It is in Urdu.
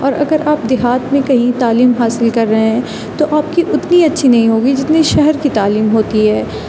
اور اگر آپ دیہات میں کہیں تعلیم حاصل کر رہے ہیں تو آپ کی اتنی اچھی نہیں ہوگی جتنی شہر کی تعلیم ہوتی ہے